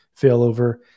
failover